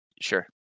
Sure